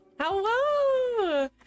Hello